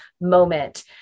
moment